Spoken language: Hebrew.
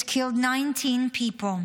it killed 19 people,